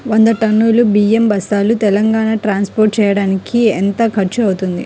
వంద టన్నులు బియ్యం బస్తాలు తెలంగాణ ట్రాస్పోర్ట్ చేయటానికి కి ఎంత ఖర్చు అవుతుంది?